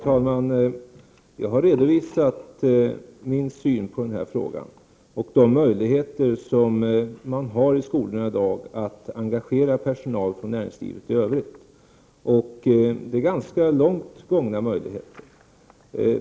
Herr talman! Jag har redovisat min syn på den här frågan och på de möjligheter som man i dag har i skolorna att engagera personal från näringslivet i övrigt. Det är ganska vidsträckta möjligheter.